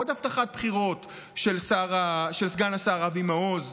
עוד הבטחת בחירות של סגן השר אבי מעוז,